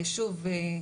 שוב,